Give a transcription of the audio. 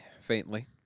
faintly